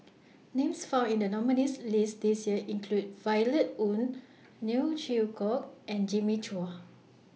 Names found in The nominees' list This Year include Violet Oon Neo Chwee Kok and Jimmy Chua